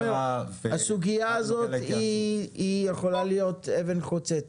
הסוגיה הזאת יכולה להיות אבן חוצץ